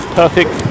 perfect